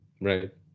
Right